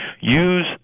Use